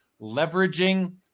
leveraging